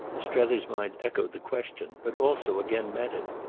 strether's mind echoed the question, but also again met it.